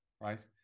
Right